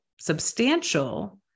substantial